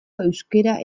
euskara